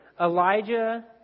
Elijah